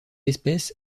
espèce